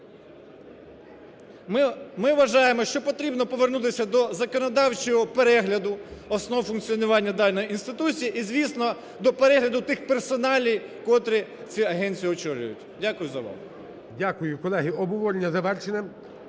Ми вважаємо, що потрібно повернутися до законодавчого перегляду основ функціонування даної інституції і, звісно, до перегляду тих персоналій, котрі цю агенцію очолюють. Дякую за увагу. ГОЛОВУЮЧИЙ. Дякую. Колеги, обговорення завершене.